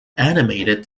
animated